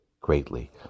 greatly